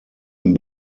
den